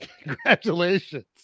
Congratulations